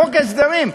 בחוק ההסדרים,